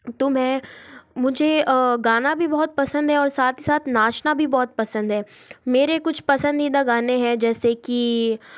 तो मैं मुझे गाना भी बहुत पसंद है और साथ ही साथ नाचना भी बहुत पसंद है मेरे कुछ पसंदीदा गाने है जैसे कि